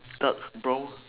dark brown